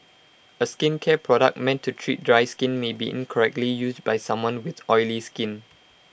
A skincare product meant to treat dry skin may be incorrectly used by someone with oily skin